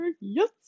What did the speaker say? Yes